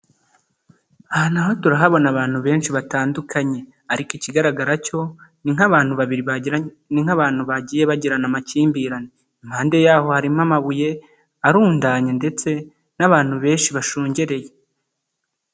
Aha naho turahabona abantu benshi batandukanye ariko ikigaragara cyo ni nk'abantu bagiye bagirana amakimbirane. Impanpande yaho harimo amabuye, arundanya ndetse n'abantu benshi bashungereye.